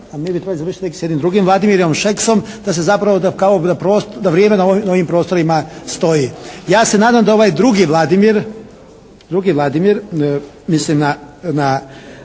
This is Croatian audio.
se ne razumije./ … sa jednim drugim Vladimirom Šeksom, da se zapravo da kao da, da vrijeme na ovim prostorima stoji. Ja se nadam da ovaj drugi Vladimir, mislim na,